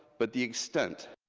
but the extent,